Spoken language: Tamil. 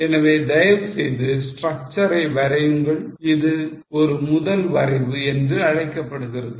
எனவே தயவு செய்து structure ஐ வரையுங்கள் இது ஒரு முதல் வரைவு என்று அழைக்கப்படுகிறது